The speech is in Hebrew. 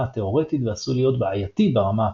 התאורטית ועשוי להיות בעייתי ברמה הפרקטית.